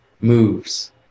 moves